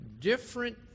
different